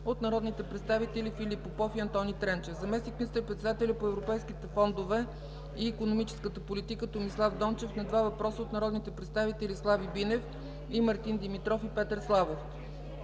от народните представители Филип Попов; и Антони Тренчев; - заместник министър-председателят по европейските фондове и икономическата политика Томислав Дончев – на два въпроса от народните представители Слави Бинев; и Мартин Димитров и Петър Славов,